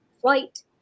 flight